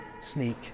sneak